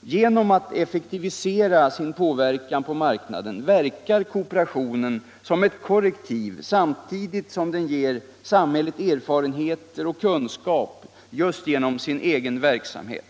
Genom att effektivisera sin påverkan på marknaden fungerar kooperationen som ett korrektiv samtidigt som den ger samhället erfarenheter och kunskap genom sin egen verksamhet.